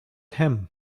him